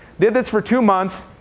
did this for two months,